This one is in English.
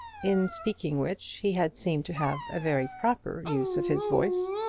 in speaking which he had seemed to have a very proper use of his voice.